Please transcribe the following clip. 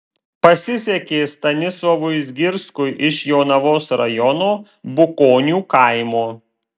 pasisekė stanislovui zgirskui iš jonavos rajono bukonių kaimo